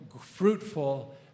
fruitful